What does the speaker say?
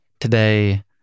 Today